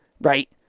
Right